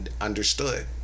understood